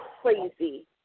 crazy